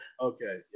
Okay